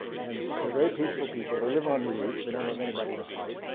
and they're very peaceful people, they live on reeds, they don't have anybody to fight.